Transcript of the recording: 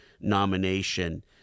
nomination